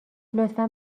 لطفا